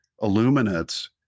Illuminates